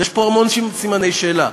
יש פה המון סימני שאלה,